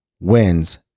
wins